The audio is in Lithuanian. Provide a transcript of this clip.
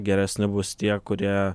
geresni bus tie kurie